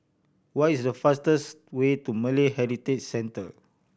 what is the fastest way to Malay Heritage Centre